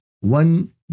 one